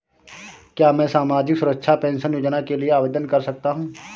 क्या मैं सामाजिक सुरक्षा पेंशन योजना के लिए आवेदन कर सकता हूँ?